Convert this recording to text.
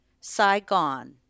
Saigon